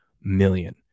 million